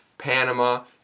Panama